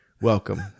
Welcome